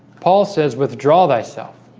paul says withdraw thyself.